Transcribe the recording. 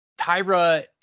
Tyra